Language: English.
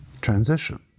Transition